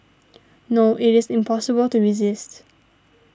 no it is impossible to resist